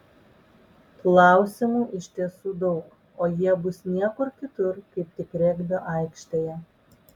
klausimų iš tiesų daug o jie bus niekur kitur kaip tik regbio aikštėje